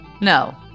No